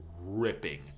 ripping